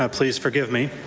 ah please forgive me.